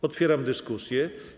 Otwieram dyskusję.